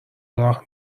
راه